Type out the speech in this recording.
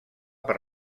per